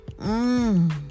mmm